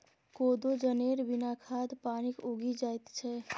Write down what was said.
कोदो जनेर बिना खाद पानिक उगि जाएत छै